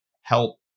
help